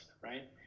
Right